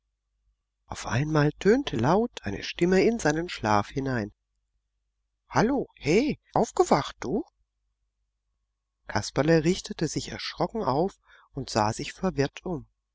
auf einmal tönte laut eine stimme in seinen schlaf hinein hallo he aufgewacht du kasperle richtete sich erschrocken auf und sah sich verwirrt um